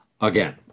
again